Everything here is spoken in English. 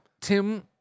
Tim